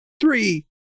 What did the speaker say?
three